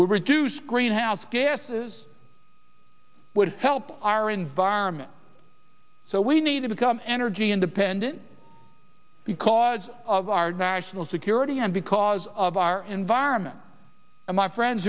we reduce greenhouse gases would help our environment so we need to become energy independent because of our national security and because of our environment and my friends